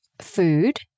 food